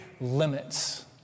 limits